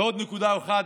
ועוד נקודה אחת,